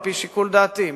על-פי שיקול דעתי.